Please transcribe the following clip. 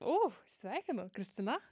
o sveikinu kristina